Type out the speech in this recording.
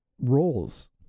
Roles